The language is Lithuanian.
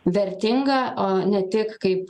vertingą o ne tik kaip